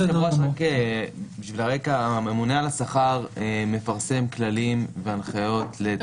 הממונה על השכר מפרסם כללים והנחיות.